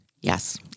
Yes